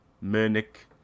Munich